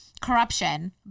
corruption